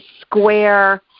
square